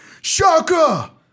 Shaka